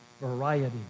variety